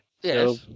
Yes